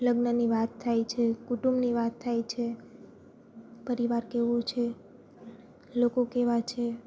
લગ્નની વાત થાય છે કુટુંબની વાત થાય છે પરિવાર કેવો છે લોકો કેવાં છે